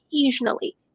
occasionally